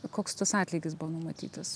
koks tas atlygis buvo numatytas